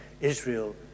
Israel